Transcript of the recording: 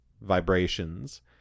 vibrations